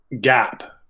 gap